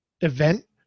event